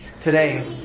today